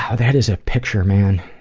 ah that is a picture man.